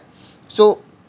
so